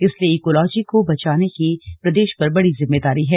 इसलिए ईकोलॉजी को बचाने की प्रदेश पर बड़ी जिम्मेदारी है